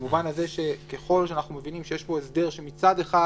במובן הזה שככל שאנחנו מבינים שיש פה הסדר שמצד אחד